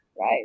right